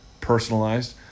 personalized